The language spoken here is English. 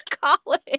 college